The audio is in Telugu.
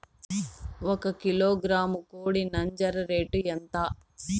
ఒక కిలోగ్రాము కోడి నంజర రేటు ఎంత?